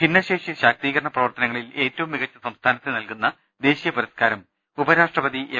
ഭിന്നശേഷി ശാക്തീകരണ പ്രവർത്തനങ്ങളിൽ ഏറ്റവും മികച്ച സംസ്ഥാനത്തിന് നൽകുന്ന ദേശീയ പുരസ്കാരം ഉപ രാ ഷ്ട്ര പതി എം